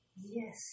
Yes